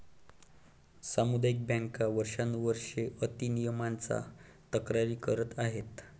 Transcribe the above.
सामुदायिक बँका वर्षानुवर्षे अति नियमनाच्या तक्रारी करत आहेत